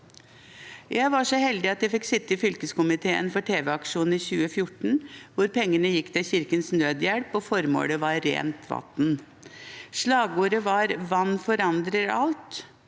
Jeg var så heldig å få sitte i fylkeskomiteen for tv-aksjonen i 2014, hvor pengene gikk til Kirkens Nødhjelp og formålet var rent vann. Slagordet var «Vann forandrer alt».